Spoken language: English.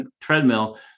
treadmill